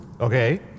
okay